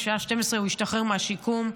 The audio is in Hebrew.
בשעה 12:00 הוא ישתחרר מהשיקום,